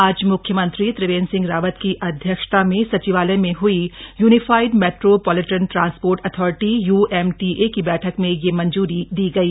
आज मुख्यमंत्री त्रिवेन्द्र सिंह रावत की अध्यक्षता में सचिवालय में हई unified metropolitan transport authority UMTA की बैठक में यह मंजूरी दी गई